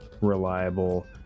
reliable